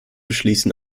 beschließen